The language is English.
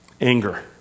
Anger